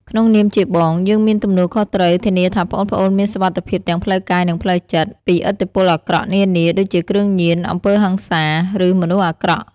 ក្នុងនាមជាបង យើងមានទំនួលខុសត្រូវធានាថាប្អូនៗមានសុវត្ថិភាពទាំងផ្លូវកាយ និងផ្លូវចិត្ត ពីឥទ្ធិពលអាក្រក់នានា ដូចជាគ្រឿងញៀន អំពើហិង្សា ឬមនុស្សអាក្រក់។